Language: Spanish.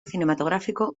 cinematográfico